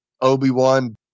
Obi-Wan